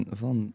van